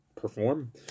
perform